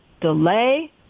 delay